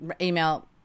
Email